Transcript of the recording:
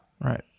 Right